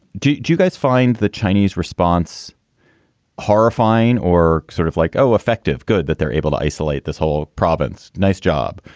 do do you guys find the chinese response horrifying or sort of like, oh, effective good that they're able to isolate this whole. prov. nice job.